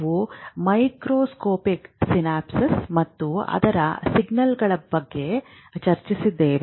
ನಾವು microscopic synapse ಮತ್ತು ಅದರ ಸಿಗ್ನಲಿಂಗ್ ಬಗ್ಗೆ ಚರ್ಚಿಸಿದ್ದೇವೆ